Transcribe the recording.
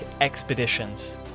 expeditions